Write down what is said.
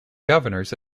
governors